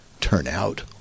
turnout